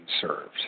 served